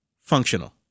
functional